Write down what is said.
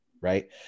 right